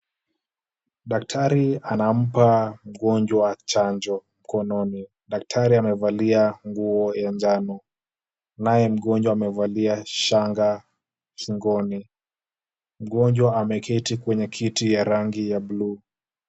Daktari anampa mgonjwa chanjo mkononi. Daktari amevalia nguo ya njano, naye mgonjwa amevalia shanga shingoni. Mgonjwa ameketi kwenye kiti ya rangi ya buluu.